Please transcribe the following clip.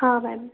हाँ मैम